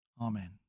Amen